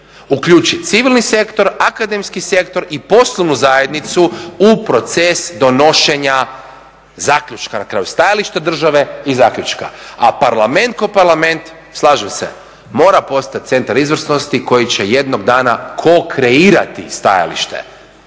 Uključi civilni sektor, akademski sektor i poslovnu zajednicu u proces donošenja zaključka na kraju, stajališta države i zaključka. A Parlament kao Parlament slažem se mora postat centar izvrsnosti koji će jednog dana ko-kreirati stajalište